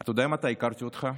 אתה יודע מתי הכרתי אותך?